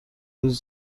روز